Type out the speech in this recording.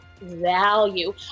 value